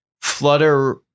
flutter